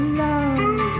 love